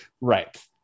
Right